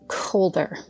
colder